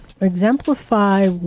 Exemplify